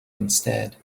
instead